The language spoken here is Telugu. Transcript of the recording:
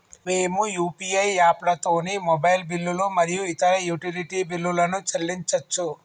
మేము యూ.పీ.ఐ యాప్లతోని మొబైల్ బిల్లులు మరియు ఇతర యుటిలిటీ బిల్లులను చెల్లించచ్చు